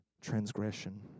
transgression